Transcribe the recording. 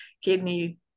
kidney